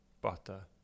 butter